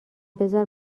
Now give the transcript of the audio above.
بزار